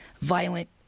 violent